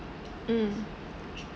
mm